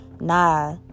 nah